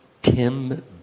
Tim